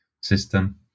system